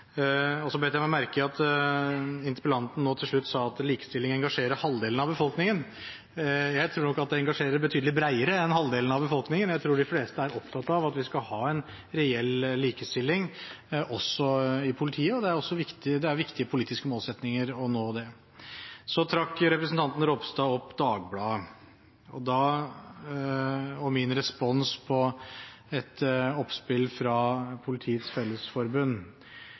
Så bet jeg meg merke i at interpellanten nå til slutt sa at likestilling engasjerer halvdelen av befolkningen. Jeg tror nok at det engasjerer betydelig bredere enn halvdelen av befolkningen. Jeg tror de fleste er opptatt av at vi skal ha reell likestilling også i politiet, og det er viktige politiske målsettinger å nå det. Representanten Ropstad trakk frem Dagbladet og min respons på et utspill fra Politiets Fellesforbund.